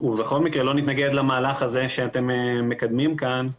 לא נתנגד למהלך שאתם מקדמים כאן,